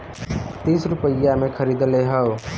तीस रुपइया मे खरीदले हौ